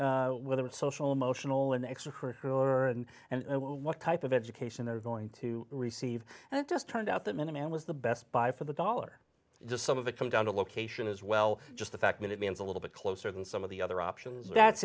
need whether it's social emotional an extracurricular and and what type of education they're going to receive and it just turned out that minimum was the best buy for the dollar just some of the come down to location as well just the fact that it means a little bit closer than some of the other option that's